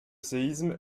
séisme